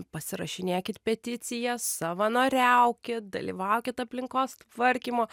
pasirašinėkit peticijas savanoriaukit dalyvaukit aplinkos tvarkymo